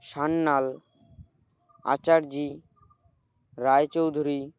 Sanyal Acharya Roychowdhury